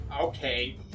Okay